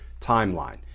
timeline